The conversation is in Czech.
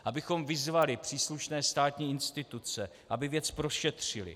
Abychom vyzvali příslušné státní instituce, aby věc prošetřily.